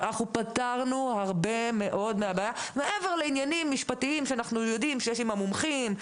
פתרנו הרבה מאוד מהבעיה מעבר לעניינים משפטיים שיש עם המומחים.